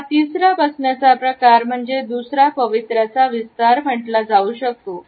हा तिसरा बसण्याचा प्रकार म्हणजे दुसऱ्या पवित्रा चा विस्तार म्हटला जाऊ शकतो